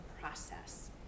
process